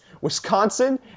Wisconsin